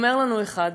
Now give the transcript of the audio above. אומר לנו אחד העם.